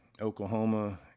Oklahoma